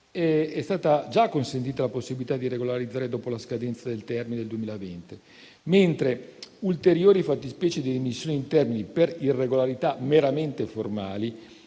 è stata già consentita la possibilità di regolarizzarle dopo la scadenza del termine del 2020, mentre ulteriori fattispecie di remissione in termini per irregolarità meramente formali